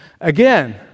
Again